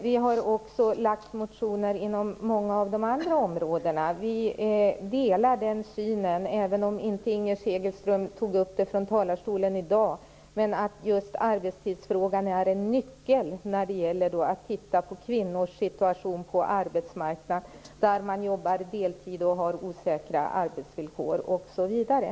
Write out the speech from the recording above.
Vi har också väckt motioner inom många andra områden. Inger Segelström tog visserligen inte i dag upp arbetstidsfrågan, som är en nyckel till att komma till rätta med kvinnors situation på arbetsmarknaden, men vi delar också där hennes syn. Kvinnor jobbar deltid med osäkra arbetsvillkor osv.